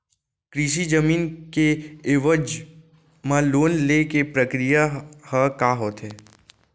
कृषि जमीन के एवज म लोन ले के प्रक्रिया ह का होथे?